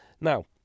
now